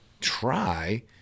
try